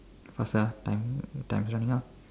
faster time time is running out